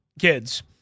kids